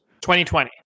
2020